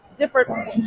Different